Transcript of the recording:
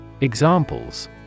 Examples